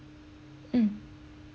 mm